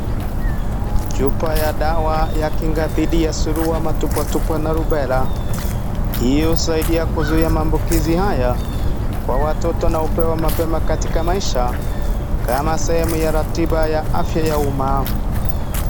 Chupa ya dawa ya kinga dhidi ya sulua matupwa tupwa na rubela . Hii husaidia kuzuia maambukizi haya kwa watoto na hupewa mapema katika maisha kama sehemu ya ratiba ya afya ya umma.